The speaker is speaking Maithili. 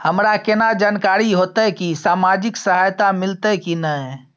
हमरा केना जानकारी होते की सामाजिक सहायता मिलते की नय?